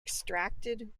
extracted